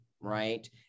right